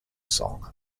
song